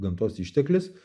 gamtos išteklis